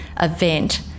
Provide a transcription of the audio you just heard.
event